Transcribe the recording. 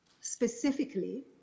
specifically